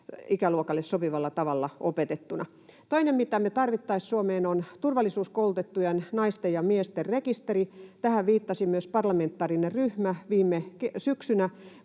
ikäluokalle sopivalla tavalla opetettuna. Toinen, mitä me tarvittaisiin Suomeen, on turvallisuuskoulutettujen naisten ja miesten rekisteri. Tähän viittasi myös parlamentaarinen ryhmä viime syksynä,